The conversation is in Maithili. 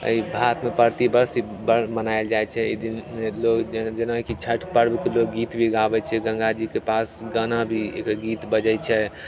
आ ई भारतमे प्रति वर्ष ई पर्व मनायल जाइ छै ई दिन लोग जे जेनाकि छैठ पर्वके लोग गीतभी गाबय छै गंगाजीके पास गानाभी इधर गीत बजय छै